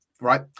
right